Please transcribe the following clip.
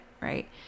right